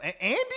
Andy